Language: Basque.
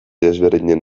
desberdinen